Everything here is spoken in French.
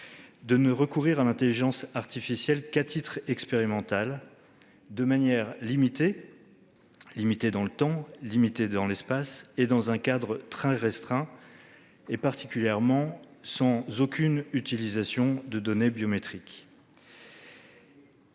de ne recourir à l'intelligence artificielle qu'à titre expérimental et de manière limitée, dans le temps et dans l'espace, le tout dans un cadre très contraint et sans aucune utilisation de données biométriques.